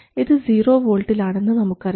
ഇത് സീറോ വോൾട്ടിൽ ആണെന്ന് നമുക്കറിയാം